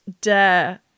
dare